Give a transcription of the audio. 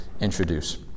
introduce